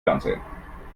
fernsehen